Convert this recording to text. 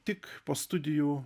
tik po studijų